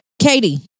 Katie